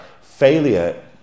failure